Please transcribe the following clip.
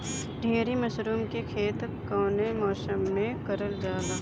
ढीघरी मशरूम के खेती कवने मौसम में करल जा?